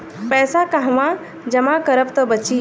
पैसा कहवा जमा करब त बची?